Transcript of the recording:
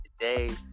today